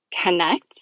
connect